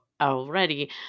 already